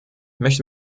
möchte